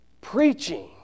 Preaching